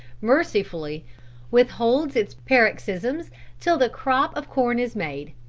mercifully withholds its paroxysms till the crop of corn is made.